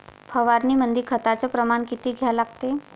फवारनीमंदी खताचं प्रमान किती घ्या लागते?